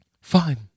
Fine